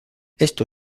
esto